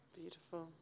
Beautiful